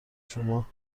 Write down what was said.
شما